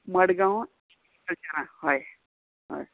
मडगांव एग्रीकल्चरा हय हय